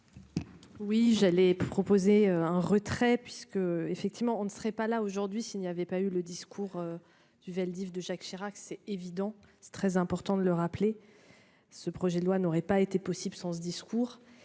Oui j'allais proposer un retrait puisque effectivement on ne serait pas là aujourd'hui. S'il n'y avait pas eu le discours du Vel d'Hiv'de Jacques Chirac, c'est évident, c'est très important de le rappeler. Ce projet de loi n'aurait pas été possible sans ce discours,